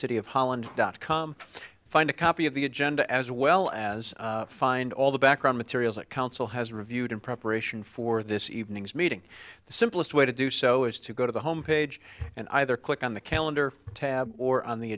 city of holland dot com find a copy of the agenda as well as find all the background materials that council has reviewed in preparation for this evening's meeting the simplest way to do so is to go to the home page and either click on the calendar tab or on the